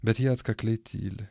bet jie atkakliai tyli